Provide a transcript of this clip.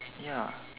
ya